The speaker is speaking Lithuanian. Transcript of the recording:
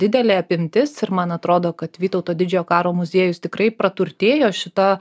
didelė apimtis ir man atrodo kad vytauto didžiojo karo muziejus tikrai praturtėjo šita